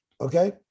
okay